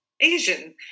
asian